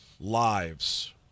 lives